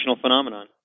phenomenon